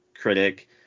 critic